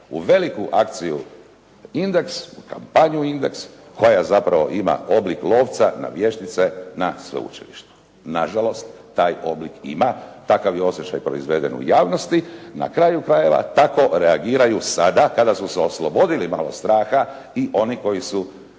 u veliku akciju "Indeks" u kampanju "Indeks" koja zapravo ima oblik lovca na vještice na sveučilištu. Na žalost taj oblik ima takav je osjećaj proizveden u javnosti, na kraju krajeva tako reagiraju sada kada su se oslobodili malo straha i oni koji su